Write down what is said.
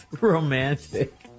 Romantic